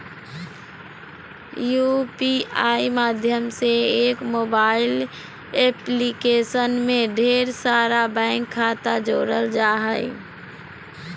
UPI माध्यम से एक मोबाइल एप्लीकेशन में ढेर सारा बैंक खाता जोड़ल जा हय